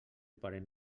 parent